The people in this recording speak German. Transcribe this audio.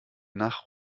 nach